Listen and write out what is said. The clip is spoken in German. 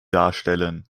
darstellen